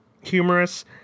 humorous